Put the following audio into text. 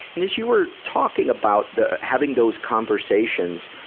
and as you were talking about the, having those conversations,